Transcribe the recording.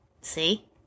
See